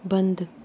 बंद